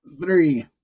Three